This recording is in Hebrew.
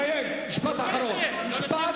ידידי, סיים משפט אחרון ותרד.